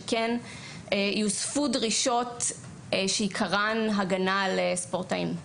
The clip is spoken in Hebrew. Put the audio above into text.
כך שכן יוספו דרישות שעיקרן הגנה על ספורטאים?